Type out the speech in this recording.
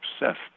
obsessed